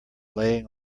laying